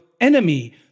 enemy